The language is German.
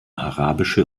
arabische